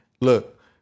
look